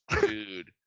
dude